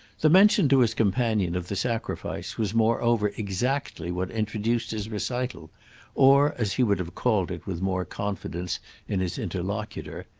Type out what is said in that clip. the mention to his companion of the sacrifice was moreover exactly what introduced his recital or, as he would have called it with more confidence in his interlocutor,